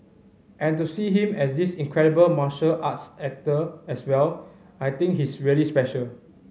and to see him as this incredible martial arts actor as well I think he's really special